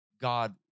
God